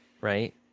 right